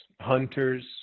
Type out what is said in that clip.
hunters